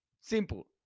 Simple